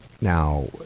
now